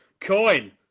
coin